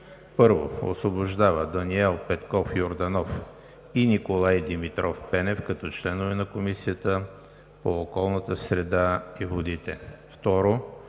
1. Освобождава Даниел Петков Йорданов и Николай Димитров Пенев като членове на Комисията по околната среда и водите. 2.